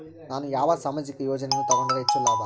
ನಾನು ಯಾವ ಸಾಮಾಜಿಕ ಯೋಜನೆಯನ್ನು ತಗೊಂಡರ ಹೆಚ್ಚು ಲಾಭ?